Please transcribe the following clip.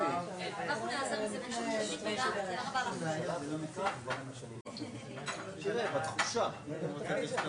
אזרחים נורמטיביים בצורה טובה יותר ולא בציר של הפשיעה.